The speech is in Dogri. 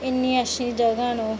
इन्नी अच्छी जगह न ओह्